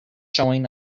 showing